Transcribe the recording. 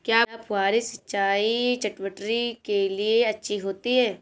क्या फुहारी सिंचाई चटवटरी के लिए अच्छी होती है?